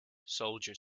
soldier